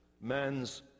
man's